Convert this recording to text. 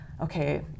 okay